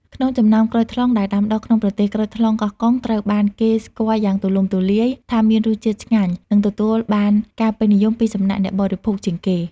ក្នុងចំណោមក្រូចថ្លុងដែលដាំដុះក្នុងប្រទេស ក្រូចថ្លុងកោះកុងត្រូវបានគេស្គាល់យ៉ាងទូលំទូលាយថាមានរសជាតិឆ្ងាញ់ និងទទួលបានការពេញនិយមពីសំណាក់អ្នកបរិភោគជាងគេ។